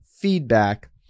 feedback